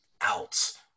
out